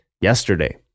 yesterday